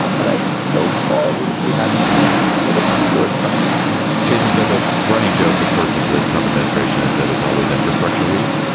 um but so far, we we haven't seen that. but i'm sure it's coming back jason, so the running joke, of course, of the trump administration is that it's always infrastructure weak.